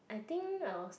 I think I was like